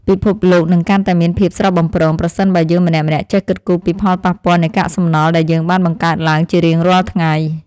ពិភពលោកនឹងកាន់តែមានភាពស្រស់បំព្រងប្រសិនបើយើងម្នាក់ៗចេះគិតគូរពីផលប៉ះពាល់នៃកាកសំណល់ដែលយើងបានបង្កើតឡើងជារៀងរាល់ថ្ងៃ។